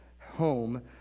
home